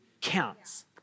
counts